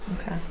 Okay